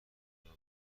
ببرم